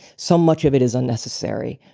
so much of it is unnecessary.